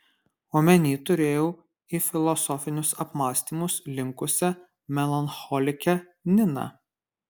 omeny turėjau į filosofinius apmąstymus linkusią melancholikę niną